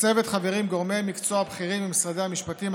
בצוות חברים גורמי מקצוע בכירים ממשרדי המשפטים,